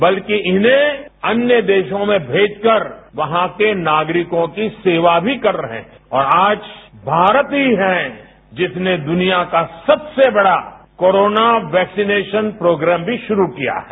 बल्कि इन्हें अन्य देशों में भेजकर वहां के नागरिकों की सेवा भी कर रहे हैं और आज भारत ही है जिसने दुनिया का सबसे बड़ा कोरोना वैक्सीनेशन प्रोग्राम भी शुरू किया है